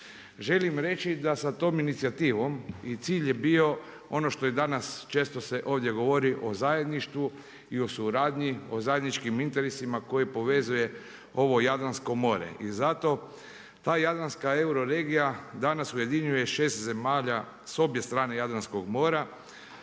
Želim reći da sam tom inicijativom, i cilj je bio ono što i danas često se ovdje govori o zajedništvu i o suradnji, o zajedničkim interesima koje povezuje ovo Jadransko more. I zato ta Jadranska euroregija danas ujedinjuje 6 zemalja sa obje strane Jadranskog mora,